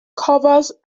covers